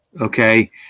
okay